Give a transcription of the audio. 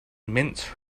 mince